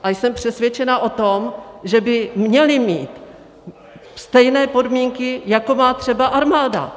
A jsem přesvědčena o tom, že by měli mít stejné podmínky, jako má třeba armáda.